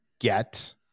get